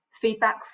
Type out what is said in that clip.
feedback